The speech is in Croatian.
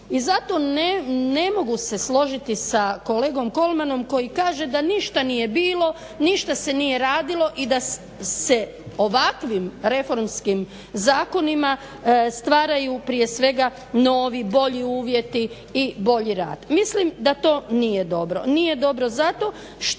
I zato ne mogu se složiti sa kolegom Kolmanom koji kaže da ništa nije bilo, ništa se nije radilo i da se ovakvim reformskim zakonima stvaraju prije svega novi, bolji uvjeti i bolji rad. Mislim da to nije dobro,